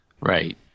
Right